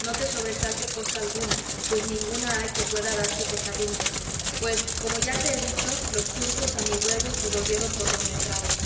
no te sobresalte cosa alguna pues ninguna hay que pueda darte pesadumbre pues como ya te he dicho los turcos a mi ruego se volvieron por donde entraron